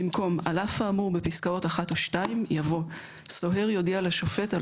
במקום "על אף האמור בפסקאות (1) ו־(2)," יבוא "סוהר יודיע לשופט על